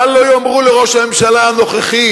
מה לא יאמרו לראש הממשלה הנוכחי,